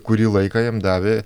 kurį laiką jam davė